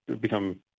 become